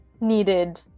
needed